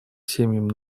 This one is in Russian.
семьям